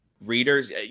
readers